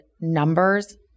numbers